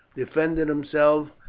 defended himself,